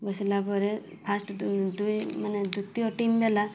ବସିଲା ପରେ ଫାଷ୍ଟ ଦୁଇ ମାନେ ଦ୍ଵିତୀୟ ଟିମ ବେଲା